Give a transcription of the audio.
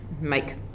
make